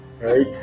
right